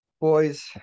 Boys